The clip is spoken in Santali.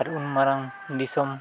ᱟᱨ ᱩᱱᱢᱟᱨᱟᱝ ᱫᱤᱥᱚᱢ